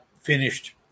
finished